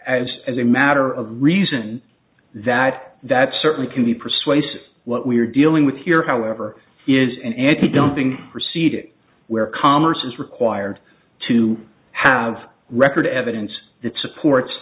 as as a matter of reason that that certainly can be persuasive what we're dealing with here however is an anti dumping proceeding where commerce is required to have record evidence that supports